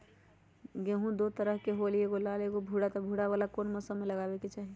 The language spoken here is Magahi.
गेंहू दो तरह के होअ ली एगो लाल एगो भूरा त भूरा वाला कौन मौसम मे लगाबे के चाहि?